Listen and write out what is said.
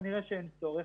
כנראה שאין צורך.